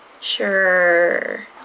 Sure